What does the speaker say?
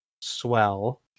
swell